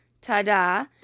Ta-da